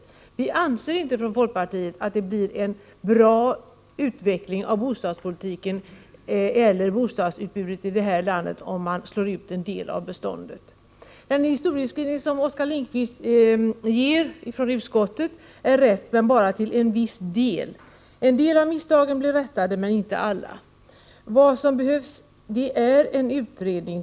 Från folkpartiets sida anser vi inte att man genom att på det sättet slå ut en del av bostadsbeståndet bidrar till en bra utveckling för bostadspolitiken och för bostadsutbudet i landet. Den historieskrivning avseende utskottets behandling som Oskar Lindkvist gjorde är delvis riktig. En del av misstagen blev rättade, men inte alla. Det behövs en utredning.